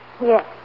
Yes